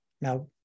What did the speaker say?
now